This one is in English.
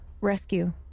rescue